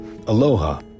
Aloha